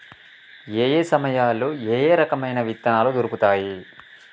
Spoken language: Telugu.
ఏయే సమయాల్లో ఏయే రకమైన విత్తనాలు దొరుకుతాయి?